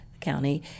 County